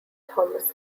thomas